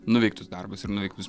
nuveiktus darbus ir nuveiktus